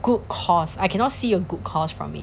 good cause I cannot see a good cause from it